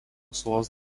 salos